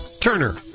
Turner